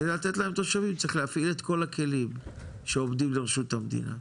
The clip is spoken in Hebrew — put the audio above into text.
בשביל לתת להם תושבים צריך להפעיל את כל הכלים שעומדים לרשות המדינה.